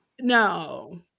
No